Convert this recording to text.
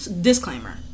disclaimer